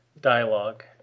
dialogue